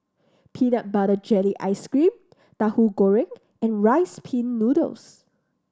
peanut butter jelly ice cream Tahu Goreng and Rice Pin Noodles